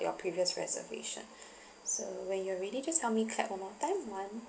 your previous reservation so when you are ready just help me clap one more time one